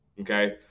Okay